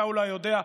אתה אולי יודע,